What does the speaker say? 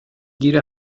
گیر